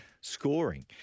scoring